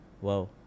Wow